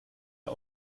der